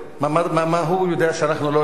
מה הוא יודע שאנחנו לא יודעים?